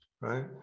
right